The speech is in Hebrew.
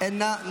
--- אני אתן לך.